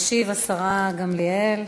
תשיב השרה גמליאל,